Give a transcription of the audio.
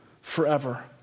forever